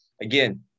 Again